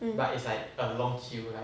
mm